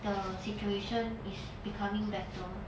the situation is becoming better